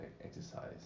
exercise